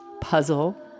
puzzle